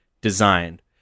designed